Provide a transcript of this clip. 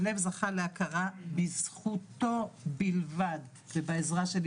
שליו זכה להכרה בזכותו בלבד ובעזרה שלי